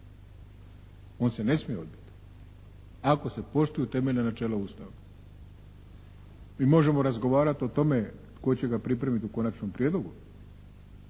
On se ne smije odbiti, ako se poštuju temeljna načela Ustava. Mi možemo razgovarati o tome tko će ga pripremiti u konačnome prijedlogu,